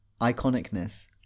iconicness